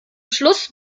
schluss